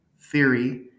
theory